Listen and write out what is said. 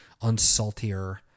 unsaltier